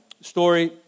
story